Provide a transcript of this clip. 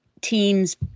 teams